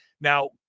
Now